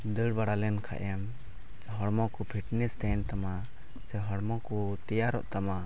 ᱫᱟᱹᱲ ᱵᱟᱲᱟ ᱞᱮᱱ ᱠᱷᱟᱡ ᱮᱢ ᱦᱚᱲᱢᱚ ᱠᱚ ᱛᱟᱦᱮᱱ ᱛᱟᱢᱟ ᱟᱪᱪᱷᱟ ᱦᱚᱲᱢᱚ ᱠᱚ ᱛᱮᱭᱟᱨᱚᱜ ᱛᱟᱢᱟ